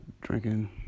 drinking